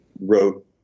wrote